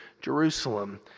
Jerusalem